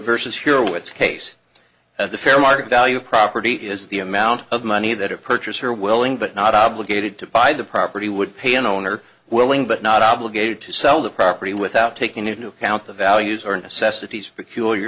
which case of the fair market value of property is the amount of money that a purchaser willing but not obligated to buy the property would pay an owner willing but not obligated to sell the property without taking into account the values or necessities peculiar